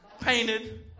painted